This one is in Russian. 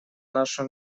наши